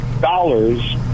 dollars